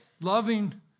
loving